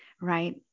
right